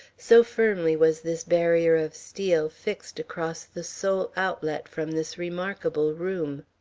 so firmly was this barrier of steel fixed across the sole outlet from this remarkable room.